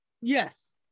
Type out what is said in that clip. Yes